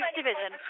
division